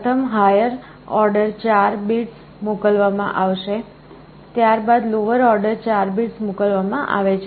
પ્રથમ higher order 4 bits મોકલવામાં આવે છે ત્યારબાદ લોવર ઓર્ડર 4 બિટ્સ મોકલવામાં આવે છે